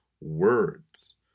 words